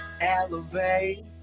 Elevate